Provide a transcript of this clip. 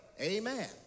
Amen